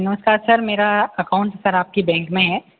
नमस्कर sir मेरा account sir आपके bank में है